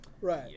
Right